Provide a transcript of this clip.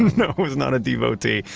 you know was not a devo-tee.